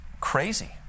crazy